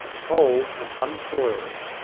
whole and unsoiled.